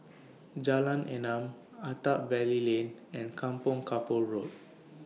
Jalan Enam Attap Valley Lane and Kampong Kapor Road